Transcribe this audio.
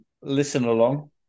listen-along